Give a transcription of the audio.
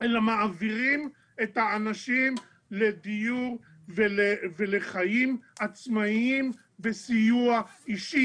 אלא מעבירים את האנשים לדיור ולחיים עצמאיים בסיוע אישי.